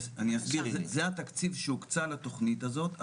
זה התקציב שהוקצה לתכנית הזאת.